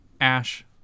Ash